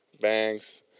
Banks